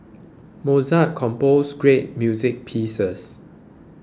Mozart composed great music pieces